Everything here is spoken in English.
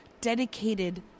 dedicated